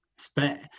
Spare